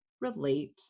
relate